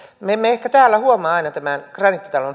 me emme ehkä täällä huomaa aina tämän graniittitalon